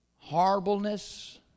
horribleness